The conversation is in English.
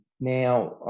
Now